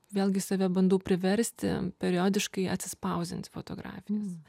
vėlgi save bandau priversti periodiškai atsispausdinti fotografijas